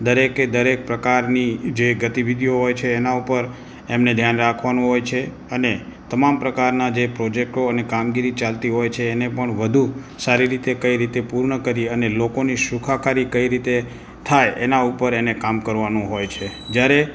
દરેકે દરેક પ્રકારની જે ગતિવિધિઓ હોય છે એના ઉપર એમણે ધ્યાન રાખવાનું હોય છે અને તમામ પ્રકારના જે પ્રોજેક્ટો અને કામગીરી ચાલતી હોય છે એને પણ વધુ સારી રીતે કઇ રીતે પૂર્ણ કરી અને લોકોની સુખાકારી કઈ રીતે થાય એના ઉપર એને કામ કરવાનું હોય છે જ્યારે